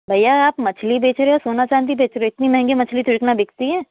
भैया आप मछली बेच रहे हो या सोना चाँदी बेच रहे हो इतनी महँगी मछली थोड़ी ना बिकती है